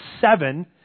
seven